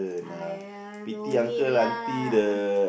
!aiya! no need lah